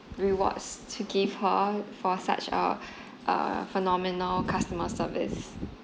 rewards to give her for such a uh phenomenal customer service